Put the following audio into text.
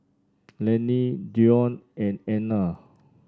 Lanie Deion and Ana